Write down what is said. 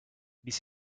ließe